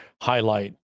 highlight